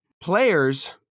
Players